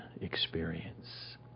experience